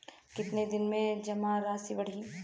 कितना दिन में जमा राशि बढ़ी?